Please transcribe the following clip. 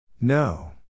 No